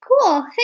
Cool